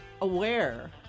aware